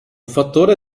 fattore